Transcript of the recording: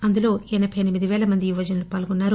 అందులో ఎనబై ఎనిమిది పేల మంది యువజనులు పాల్గొన్నారు